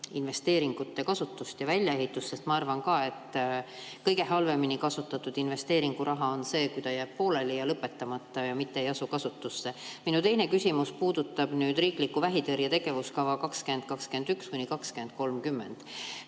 investeeringute kasutust ja väljaehitust. Sest ma arvan ka, et kõige halvemini kasutatud investeeringuraha on see, kui ta jääb pooleli ja lõpetamata, mitte ei asu kasutusse. Minu teine küsimus puudutab riiklikku vähitõrje tegevuskava aastateks 2021–2030.